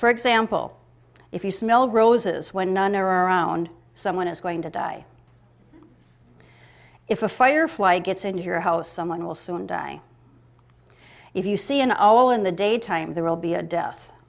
for example if you smell roses when none are around someone is going to die if a firefly gets in your house someone will soon die if you see an all in the daytime there will be a death